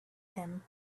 him